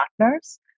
Partners